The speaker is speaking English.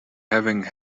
having